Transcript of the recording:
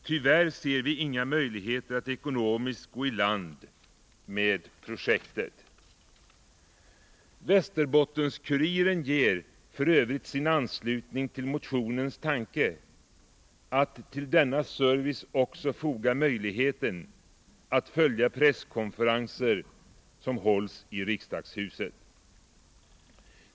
Tyvärr ser vi inga möjligheter att ekonomiskt gå iland med projektet.” Västerbottens-Kuriren ger f. ö. sin anslutning till motionens tanke att till denna service också foga möjligheten att följa presskonferenser som hålls i riksdagshuset.